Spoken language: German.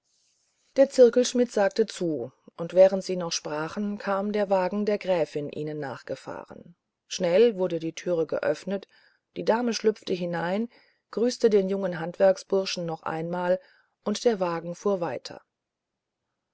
der zirkelschmidt sagte zu und während sie noch sprachen kam der wagen der gräfin ihnen nachgefahren schnell wurde die türe geöffnet die dame schlüpfte hinein grüßte den jungen handwerksburschen noch einmal und der wagen fuhr weiter